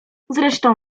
zresztą